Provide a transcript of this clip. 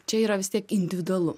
čia yra vis tiek individualu